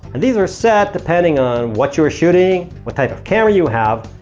and these are set depending on what you are shooting, what type of camera you have,